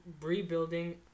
rebuilding